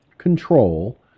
control